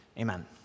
Amen